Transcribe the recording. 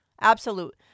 absolute